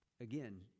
again